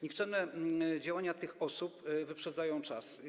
Nikczemne działania tych osób wyprzedzają czas.